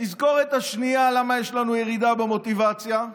התזכורת השנייה למה יש לנו ירידה במוטיבציה,